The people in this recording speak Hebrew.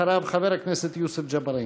אחריו, חבר הכנסת יוסף ג'בארין.